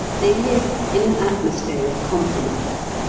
they live in an atmosphere of compromise.